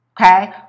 Okay